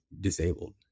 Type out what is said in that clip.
disabled